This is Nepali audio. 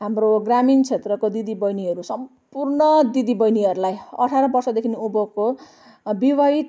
हाम्रो ग्रामीण क्षेत्रको दिदीबहिनीहरू सम्पूर्ण दिदीबहिनीहरूलाई अठार वर्षदेखिन् उँभोको विवाहित